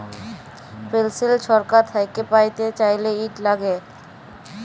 পেলসল ছরকার থ্যাইকে প্যাইতে চাইলে, ইট ল্যাগে